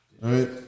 Right